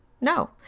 no